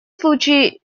случае